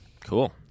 Cool